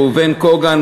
ראובן קוגן,